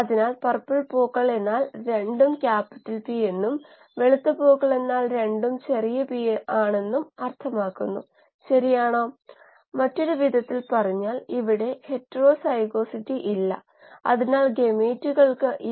അതിനാൽ ഉചിതമായ കാര്യങ്ങൾ 2 തലങ്ങളിലും ചെറിയ തോതിൽ അതുപോലെ തന്നെ വലിയ തോതിലും സമാനമായിരിക്കണം